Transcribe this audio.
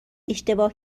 اشتباه